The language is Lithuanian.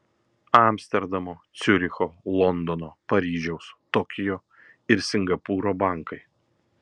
amsterdamo ciuricho londono paryžiaus tokijo ir singapūro bankai